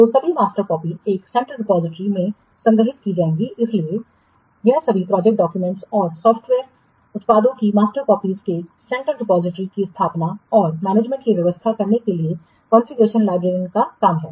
तो सभी master copy एक सेंट्रल रिपोजिटरी में संग्रहीत की जाएंगी इसलिए यह सभी प्रोजेक्ट डाक्यूमेंट्स और सॉफ्टवेयर उत्पादों की मास्टर कॉपीस के सेंट्रल रिपोजिटरी की स्थापना औरमैनेजमेंट की व्यवस्था करने के लिए कॉन्फ़िगरेशन लाइब्रेरियन का काम है